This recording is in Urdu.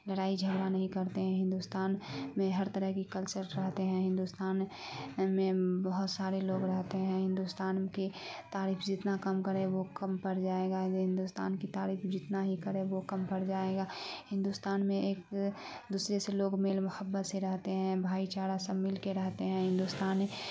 لڑائی جھگڑا نہیں کرتے ہیں ہندوستان میں ہر طرح کی کلچر رہتے ہیں ہندوستان میں بہت سارے لوگ رہتے ہیں ہندوستان کی تعریف جتنا کم کرے وہ کم پر جائے گا ہندوستان کی تعریف جتنا ہی کرے وہ کم پڑ جائے گا ہندوستان میں ایک دوسرے سے لوگ میل محبت سے رہتے ہیں بھائی چارہ سب مل کے رہتے ہیں ہندوستان